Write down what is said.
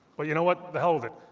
but you know what the hell with it.